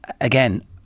again